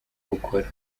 bukora